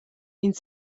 ins